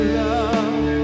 love